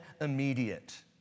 immediate